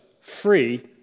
free